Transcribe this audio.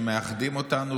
שמאחדים אותנו.